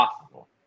possible